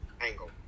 angle